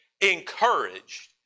encouraged